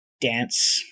dance